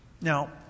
Now